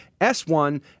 S1